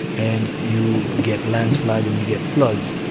and you get landslides and you get floods.